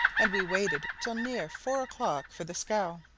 and we waited till near four o'clock for the scow.